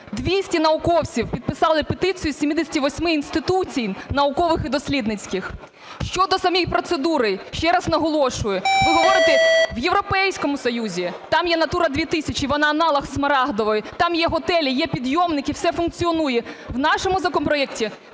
200 науковців підписали петицію з 78 інституцій наукових і дослідницьких. Щодо самої процедури, ще раз наголошую, ви говорите, в Європейському Союзі, там є "Натура 2000" вона аналог Смарагдової, там є готелі, є підйомники, все функціонує. В нашому законопроекті